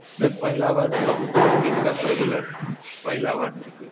नहि तऽ पहिला बार बहुते दिक्कत होय गेलै रहऽ पहिला बार दिक्कत